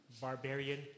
barbarian